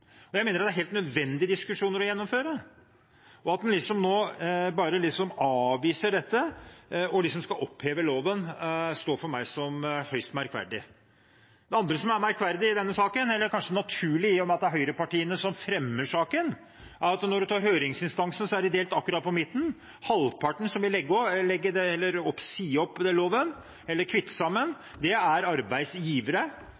å gjennomføre. At en nå liksom bare avviser dette og liksom skal oppheve loven, står for meg som høyst merkverdig. Det andre som er merkverdig i denne saken – eller kanskje naturlig, i og med at det er høyrepartiene som fremmer saken – er at når en ser på høringsinstansene, er de delt akkurat på midten: Halvparten vil oppheve loven, kvitte seg med den – det er arbeidsgivere – mens de som vil ha den,